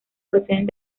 proceden